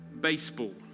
baseball